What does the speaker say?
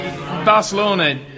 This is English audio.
Barcelona